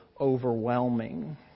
overwhelming